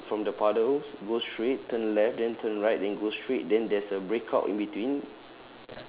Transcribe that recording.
it's like from the puddles go straight turn left then turn right then go straight then there's a breakout in between